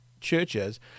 churches